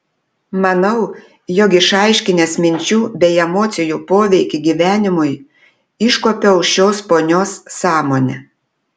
manau jog išaiškinęs minčių bei emocijų poveikį gyvenimui iškuopiau šios ponios sąmonę